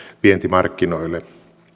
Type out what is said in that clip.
vientimarkkinoille